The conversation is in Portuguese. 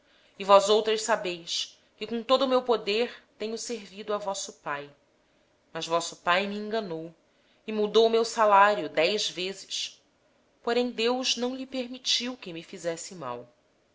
ora vós mesmas sabeis que com todas as minhas forças tenho servido a vosso pai mas vosso pai me tem enganado e dez vezes mudou o meu salário deus porém não lhe permitiu que me fizesse mal